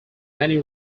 many